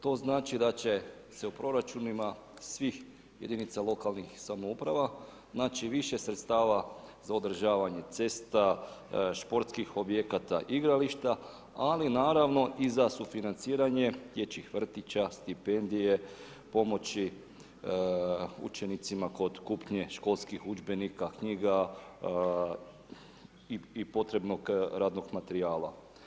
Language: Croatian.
To znači da će se u proračunima svih jedinica lokalne samouprave naći više sredstava za održavanje cesta, sportskih objekata, igrališta, ali naravno i za financiranje dječjih vrtića, stipendija, pomoći učenicima, kod kupnje školskih udžbenika, knjiga i potrebnog radnog materijala.